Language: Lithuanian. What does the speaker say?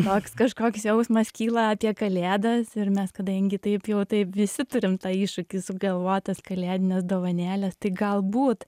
toks kažkoks jausmas kyla apie kalėdas ir mes kadangi taip jau taip visi turim tą iššūkį sugalvot tas kalėdines dovanėles tai galbūt